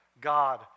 God